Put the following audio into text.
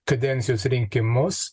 kadencijos rinkimus